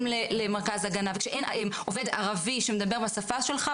למרכז הגנה שאין עובד ערבי שמדבר בשפה שלך,